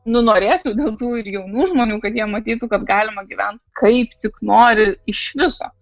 nu norėtų gal tų ir jaunų žmonių kad jie matytų kad galima gyvent kaip tik nori iš viso